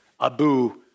Abu